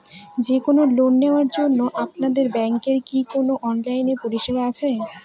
যে কোন লোন নেওয়ার জন্য আপনাদের ব্যাঙ্কের কি কোন অনলাইনে পরিষেবা আছে?